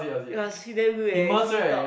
it was he damn good eh he talked